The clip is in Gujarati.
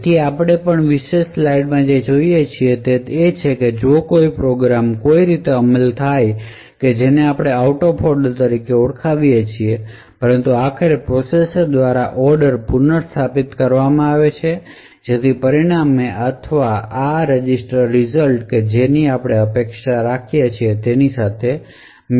તેથી આપણે આ વિશેષ સ્લાઇડમાં જે જોઈએ છીએ તે એ છે કે જો કોઈ પ્રોગ્રામ કોઈપણ રીતે અમલ થાય જેને આપણે આઉટ ઓફ ઑર્ડર તરીકે ઓળખાવીએ છીએ પરંતુ આખરે પ્રોસેસર દ્વારા ઓર્ડર પુનસ્થાપિત કરવામાં આવે છે જેથી પરિણામો અથવા રજિસ્ટર રિજલ્ટ એ અપેક્ષા સાથે મેળ ખાશે